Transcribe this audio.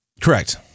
Correct